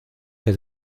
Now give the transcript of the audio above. que